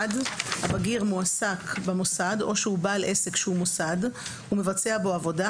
הבגיר מועסק במוסד או שהוא בעל עסק שהוא מוסד ומבצע בו עבודה,